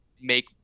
make